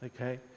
okay